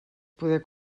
poder